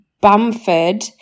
Bamford